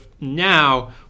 now